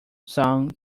song